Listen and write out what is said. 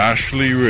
Ashley